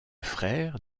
frère